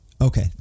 Okay